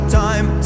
time